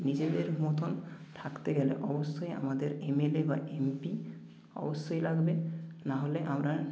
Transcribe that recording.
নিজেদের মতন থাকতে গেলে অবশ্যই আমাদের এমএলএ বা এমপি অবশ্যই লাগবে নাহলে আমরা